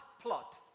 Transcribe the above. plot